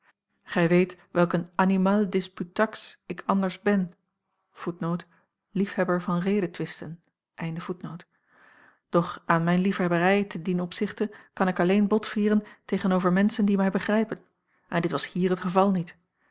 ben doch aan mijn liefhebberij te dien opzichte kan ik alleen botvieren tegen-over menschen die mij begrijpen en dit was hier het geval niet